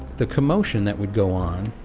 the commotion that would go on,